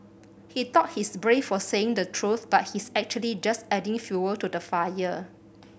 he thought he's brave for saying the truth but he's actually just adding fuel to the fire